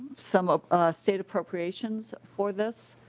some state appropriations for this.